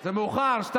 זה מאוחר, 02:00,